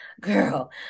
Girl